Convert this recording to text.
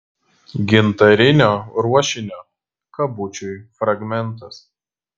gintarinio ruošinio kabučiui fragmentas